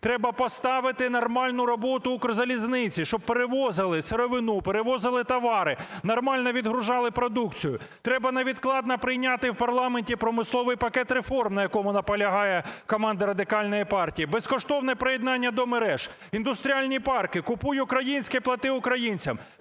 Треба поставити нормальну роботу "Укрзалізниці", щоб перевозили сировину, перевозили товари, нормально відгружали продукцію. Треба невідкладно прийняти в парламенті промисловий пакет реформ, на якому наполягає команда Радикальної партії. Безкоштовне приєднання до мереж, індустріальні парки, "купуй українське – плати українцям".